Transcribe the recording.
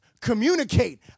communicate